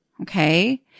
Okay